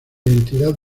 identidad